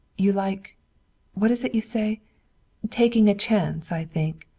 you like what is it you say taking a chance, i think.